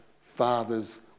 father's